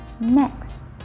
next